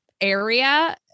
Area